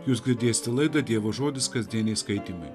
jūs girdėsite laidą dievo žodis kasdieniai skaitymai